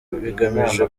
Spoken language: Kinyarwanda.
bigamije